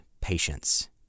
patience